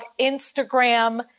Instagram